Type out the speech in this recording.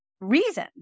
reason